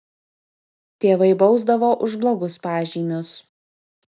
tėvai bausdavo už blogus pažymius